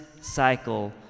cycle